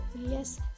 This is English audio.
yes